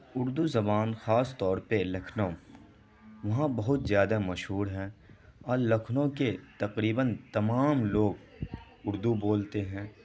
اردو زبان خاص طور پہ لکھنؤ وہاں بہت زیادہ مشہور ہے اور لکھنؤ کے تقریباً تمام لوگ اردو بولتے ہیں